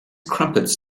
crumpets